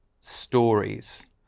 stories